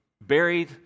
buried